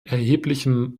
erheblichem